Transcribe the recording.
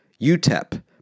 UTEP